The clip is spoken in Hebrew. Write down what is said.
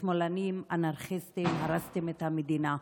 שמאלנים אנרכיסטים, הרסתם את המדינה.